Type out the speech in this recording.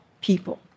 people